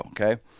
okay